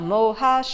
Moha